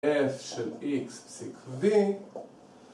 ‫F של X פסיק V.